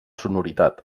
sonoritat